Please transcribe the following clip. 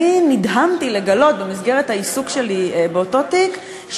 אני נדהמתי לגלות במסגרת העיסוק שלי באותו תיק,